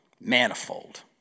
Manifold